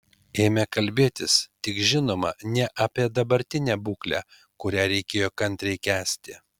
ėmė kalbėtis tik žinoma ne apie dabartinę būklę kurią reikėjo kantriai kęsti